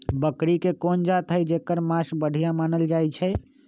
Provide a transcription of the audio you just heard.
बकरी के कोन जात हई जेकर मास बढ़िया मानल जाई छई?